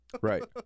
Right